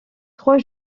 trois